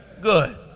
Good